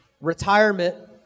Retirement